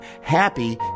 Happy